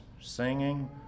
singing